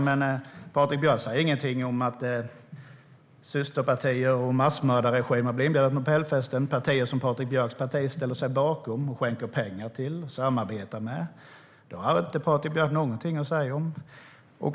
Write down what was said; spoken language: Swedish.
Men Patrik Björck säger ingenting om att systerpartier och massmördare blir inbjudna till Nobelfesten. Det är partier som Patrik Björcks parti ställer sig bakom, skänker pengar till och samarbetar med. Det har Patrik Björck inte någonting att säga om.